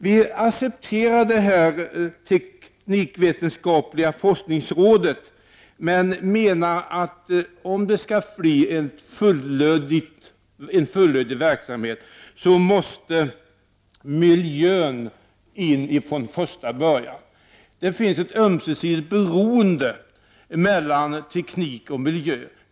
Vi accepterar inrättandet av ett teknikvetenskapligt forskningsråd, men menar att vi, för att få en fullödig verksamhet, måste ta med miljöaspekterna från första början. Det finns ett ömsesidigt beroende mellan teknik och miljö.